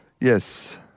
Yes